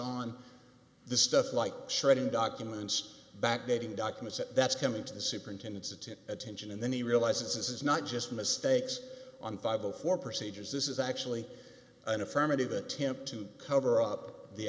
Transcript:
on the stuff like shredding documents back dating documents that that's coming to the superintendent's that it attention and then he realizes this is not just mistakes on five of four procedures this is actually an affirmative attempt to cover up the